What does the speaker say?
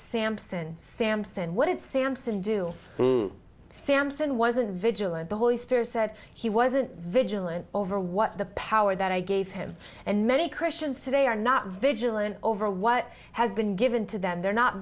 sampson sampson what it's sampson do samson wasn't vigilant the holy spirit said he wasn't vigilant over what the power that i gave him and many christians today are not vigilant over what has been given to them they're not